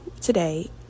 today